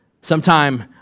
Sometime